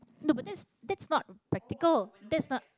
no but that's that's not practical that's not